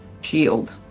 shield